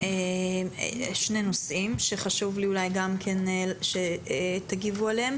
וחשוב לי שתגיבו עליהם.